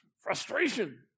frustration